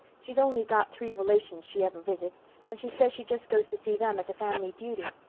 she's only got three relations she ever visits and she says she just goes to see them as a family duty.